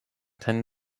ten